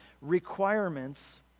requirements